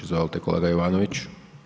Izvolite kolega Jovanović.